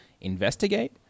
investigate